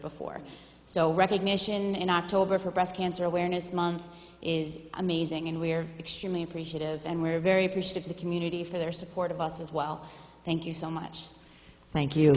before so recognition in october for breast cancer awareness month is amazing and we're extremely appreciative and we're very pleased to the community for their support of us as well thank you so much thank you